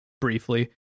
briefly